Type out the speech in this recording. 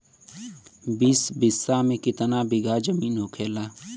बीस बिस्सा में कितना बिघा जमीन होखेला?